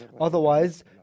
Otherwise